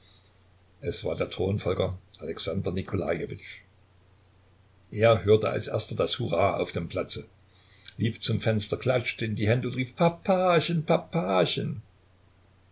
es war der thronfolger alexander nikolajewitsch er hörte als erster das hurra auf dem platze lief zum fenster klatschte in die hände und rief